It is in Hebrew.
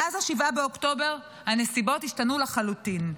מאז 7 באוקטובר הנסיבות השתנו לחלוטין,